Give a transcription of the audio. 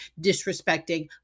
disrespecting